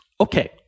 Okay